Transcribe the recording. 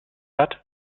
hat